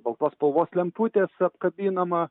baltos spalvos lemputės apkabinama